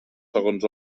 segons